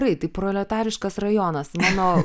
taip tai proletariškas rajonas mano